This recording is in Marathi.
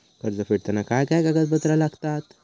कर्ज फेडताना काय काय कागदपत्रा लागतात?